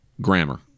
Grammar